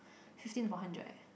fifteen upon hundred eh